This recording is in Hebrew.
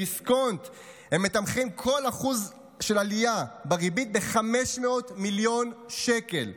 בדיסקונט הם מתמחרים כל 1% של עלייה בריבית ב-500 מיליון שקל,